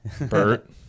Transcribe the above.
Bert